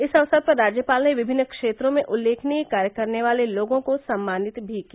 इस अवसर पर राज्यपाल ने विभिन्न क्षेत्रों में उल्लेखनीय कार्य करने वाले लोगों को सम्मानित भी किया